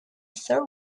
third